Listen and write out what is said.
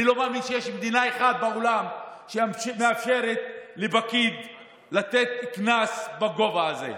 אני לא מאמין שיש מדינה אחת בעולם שמאפשרת לפקיד לתת קנס בגובה הזה.